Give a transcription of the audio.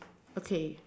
okay